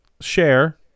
share